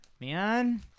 man